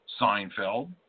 Seinfeld